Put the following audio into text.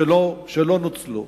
שלא נוצלו,